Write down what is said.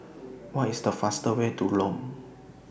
What IS The fastest Way to Lome